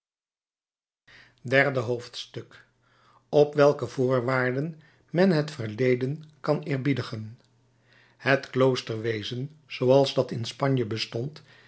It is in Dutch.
derde hoofdstuk op welke voorwaarden men het verleden kan eerbiedigen het kloosterwezen zooals dat in spanje bestond